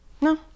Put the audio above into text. No